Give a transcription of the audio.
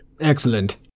Excellent